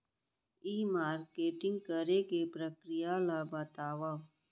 ई marketing करे के प्रक्रिया ला बतावव?